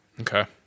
Okay